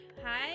Hi